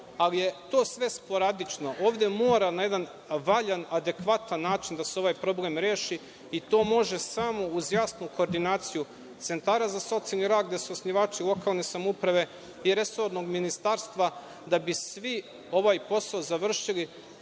ali je sve to sporadično. Ovde mora na jedan adekvatan način da se ovaj problem reši i to može samo uz jasnu koordinaciju centra za socijalni rad, gde su osnivači lokalne samouprave, i resorno ministarstvo da bi svi ovaj posao završili